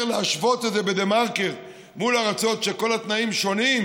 ואחר כך להשוות את זה בדה-מרקר מול ארצות שבהן כל התנאים שונים,